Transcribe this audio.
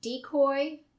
Decoy